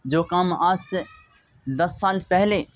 جو کام آج سے دس سال پہلے